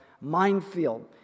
minefield